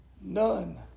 none